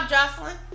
Jocelyn